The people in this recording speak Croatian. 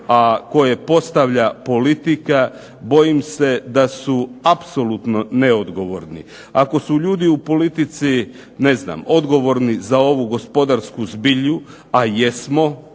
a koje postavlja politika, bojim se da su apsolutno neodgovorni. Ako su ljudi u politici odgovorni za ovu gospodarsku zbilju, a jesmo